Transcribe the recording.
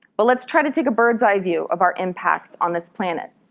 but let's try to take a bird's eye view of our impact on this planet.